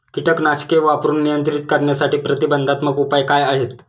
कीटकनाशके वापरून नियंत्रित करण्यासाठी प्रतिबंधात्मक उपाय काय आहेत?